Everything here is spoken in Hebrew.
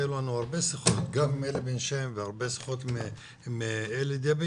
היו לנו הרבה שיחות גם עם אלי בן שם וגם עם אלי דבי,